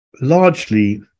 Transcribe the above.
largely